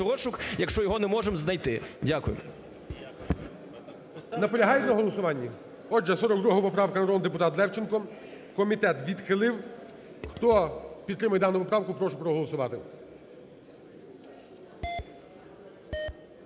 розшук, якщо його не можемо знайти. Дякую.